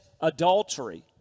adultery